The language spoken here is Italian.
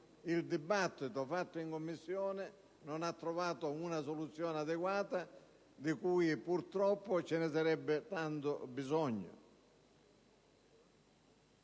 il dibattito svolto in Commissione non ha trovato una soluzione adeguata di cui purtroppo ci sarebbe molto bisogno.